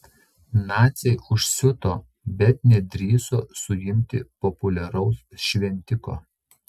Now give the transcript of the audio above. naciai užsiuto bet nedrįso suimti populiaraus šventiko